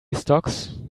stocks